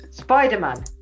Spider-Man